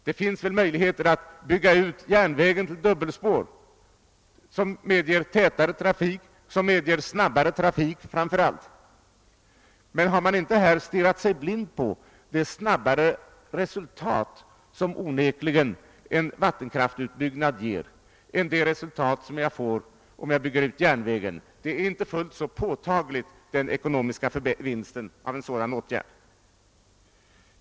Det finns möjligheter att bygga ut järnvägen till dubbelspår som medger tätare och framför allt snabbare trafik. Men har man inte här stirrat sig blind på de snabbare resultat som en vattenkraftsutbyggnad onekligen ger i jämförelse med de resultat jag får om jag bygger ut järnvägen? Den ekonomiska vinsten av den sistnämnda åtgärden är ju inte så påtaglig.